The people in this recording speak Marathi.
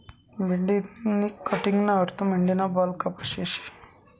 मेंढीनी कटिंगना अर्थ मेंढीना बाल कापाशे शे